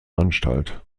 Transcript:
anstalt